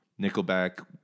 nickelback